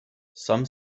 some